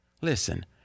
listen –